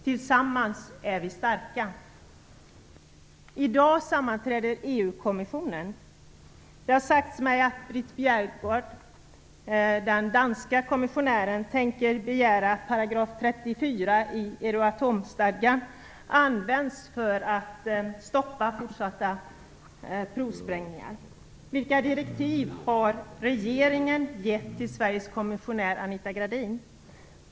Tillsammans är vi starka. I dag sammanträder EU-kommissionen. Det har sagts mig att Ritt Bjerregaard, den danska kommissionären, tänker begära att § 34 i Euroatomstadgan används för att stoppa fortsatta provsprängningar. Vilka direktiv har regeringen gett till Sveriges kommissionär, Anita Gradin?